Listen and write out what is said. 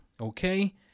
Okay